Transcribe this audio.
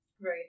Right